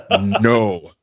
No